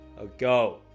ago